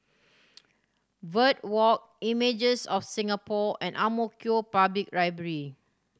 Verde Walk Images of Singapore and Ang Mo Kio Public Library